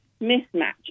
mismatch